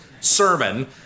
sermon